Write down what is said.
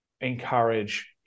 encourage